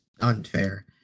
unfair